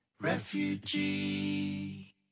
refugee